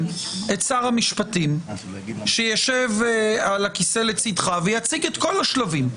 את שר המשפטים שישב על הכיסא לצדך ויציג את כל השלבים.